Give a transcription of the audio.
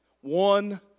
one